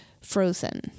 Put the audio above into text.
frozen